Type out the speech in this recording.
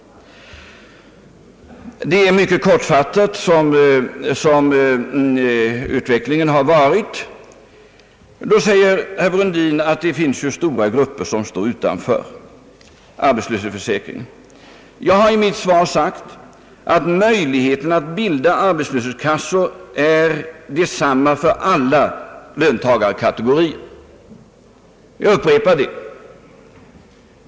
Detta är en mycket kortfattad översikt av utvecklingen. Då säger herr Brundin att det finns stora grupper som står utanför arbetslöshetsförsäkringen. Jag har i mitt svar sagt att möjligheterna att bilda arbetslöshetskassor är desamma för alla löntagarkategorier — jag upprepar det.